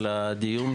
על הדיון.